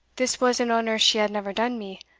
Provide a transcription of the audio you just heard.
this was an honour she had never done me,